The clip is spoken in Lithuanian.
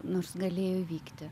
nors galėjo įvykti